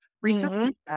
recently